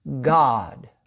God